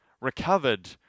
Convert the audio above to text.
recovered